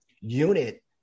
unit